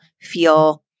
feel